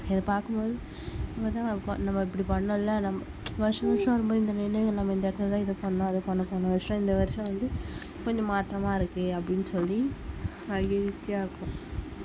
இதை பார்க்கும்போது நம்ம இப்படி பண்ணோம்ல்ல நம்ம வருட வருடம் வரும்போது இந்த நினைவுகள் நம்ம இந்த இடத்துலதான் இது பண்ணோம் அது பண்ணோம் போன வருடம் இந்த வருடம் வந்து கொஞ்ச மாற்றமாக இருக்குது அப்படினு சொல்லி மகிழ்ச்சியாக இருக்கும்